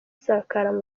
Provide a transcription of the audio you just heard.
isakara